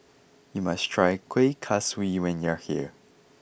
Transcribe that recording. you must try Kuih Kaswi when you are here